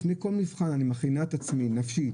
לפני כל מבחן אני מכינה את עצמי נפשית,